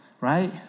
Right